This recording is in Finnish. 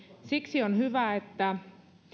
siksi on hyvä että